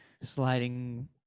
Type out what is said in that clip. sliding